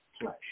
flesh